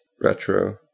Retro